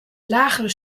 lagere